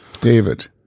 David